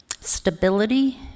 stability